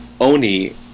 Oni